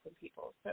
people